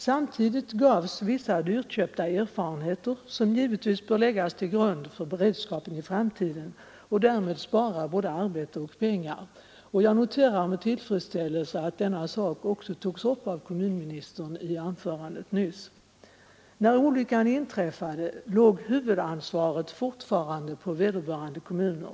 Samtidigt gavs vissa dyrköpta erfarenheter, som givetvis bör läggas till grund för beredskapen i framtiden och därmed spara både arbete och pengar. Jag noterar med tillfredsställelse att kommunministern också tog upp den saken i sitt anförande nyss. När olyckan inträffade låg huvudansvaret fortfarande på vederbörande kommuner.